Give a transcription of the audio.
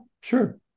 sure